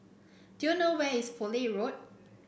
do you know where is Poole Road